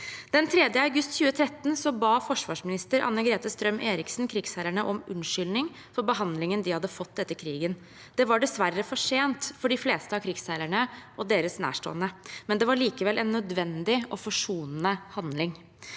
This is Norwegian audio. Den 3. august 2013 ba forsvarsminister Anne-Grete Strøm-Erichsen krigsseilerne om unnskyldning for behandlingen de hadde fått etter krigen. Det var dessverre for sent for de fleste av krigsseilerne og deres nærstående, men det var likevel en nødvendig og forsonende handling.